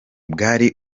bwari